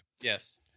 Yes